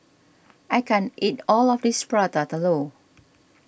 I can't eat all of this Prata Telur